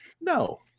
no